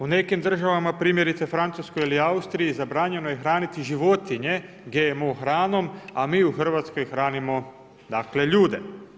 U nekim državama primjerice Francuskoj ili Austriji zabranjeno je hraniti životinje GMO harnom, a mi u Hrvatskoj hranimo ljude.